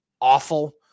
awful